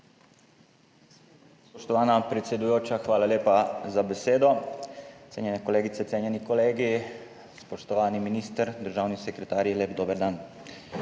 Spoštovana predsedujoča, hvala lepa za besedo. Cenjene kolegice, cenjeni kolegi, spoštovani minister, državni sekretarji, lep dober dan!